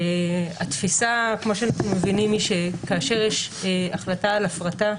התפיסה שלה, כאשר יש החלטה על הפרטה,